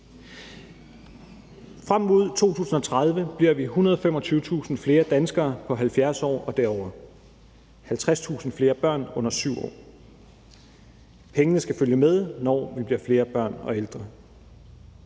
Frem mod 2030 bliver vi 125.000 flere danskere på 70 år og derover og 50.000 flere børn under 7 år. Pengene skal følge med, når der bliver flere børn og ældre.